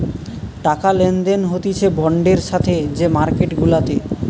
টাকা লেনদেন হতিছে বন্ডের সাথে যে মার্কেট গুলাতে